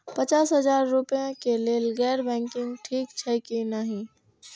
पचास हजार रुपए के लेल गैर बैंकिंग ठिक छै कि नहिं?